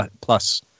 Plus